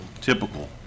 typical